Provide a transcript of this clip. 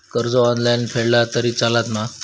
कर्ज ऑनलाइन फेडला तरी चलता मा?